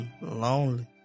lonely